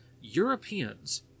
Europeans